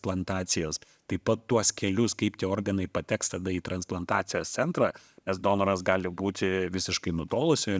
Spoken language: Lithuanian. plantacijos taip pat tuos kelius kaip tie organai pateks tada į transplantacijos centrą nes donoras gali būti visiškai nutolusioj